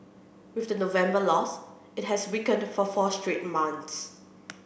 with the November loss it has weakened for four straight months